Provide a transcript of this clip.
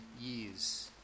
years